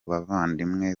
bavandimwe